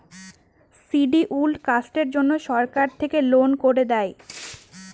scheduled কাস্টের জন্য সরকার থেকে লোন করে দেয়